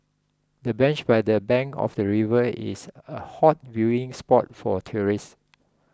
the bench by the bank of the river is a hot viewing spot for tourists